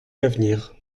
l’avenir